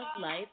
life